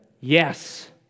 Yes